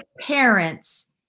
parents